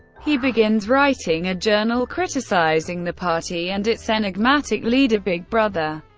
he begins writing a journal criticizing the party and its enigmatic leader, big brother.